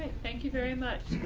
thank you very much.